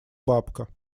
бабка